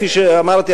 כפי שאמרתי,